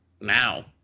now